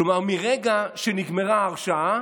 כלומר, מרגע שנגמרה הרשעה